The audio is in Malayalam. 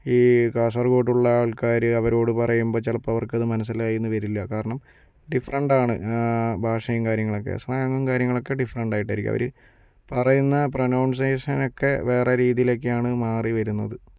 ഈ കാസർകോട്ടുള്ള ആൾക്കാര് അവരോട് പറയുമ്പം ചിലപ്പോൾ അവർക്കത് മനസ്സിലായിന്ന് വരില്ല കാരണം ഡിഫറൻറ്റാണ് ഭാഷയും കാര്യങ്ങളൊക്കെ സ്ലാങ്ങും കാര്യങ്ങളൊക്കെ ഡിഫറൻറ്റായിട്ടായിരിക്കും അവര് പറയുന്നത് പ്രനൗൺസേഷനൊക്കെ വേറെ രീതിലൊക്കെയാണ് മാറി വരുന്നത്